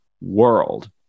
world